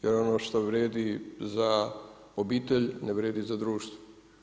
Jer ono što vrijedi za obitelj ne vrijedi za društvo.